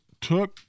took